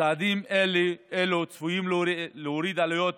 צעדים אלה צפויים להוריד עלויות